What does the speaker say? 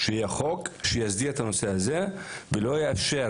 שיהיה חוק שיסדיר את הנושא הזה ולא יאפשר